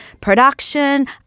production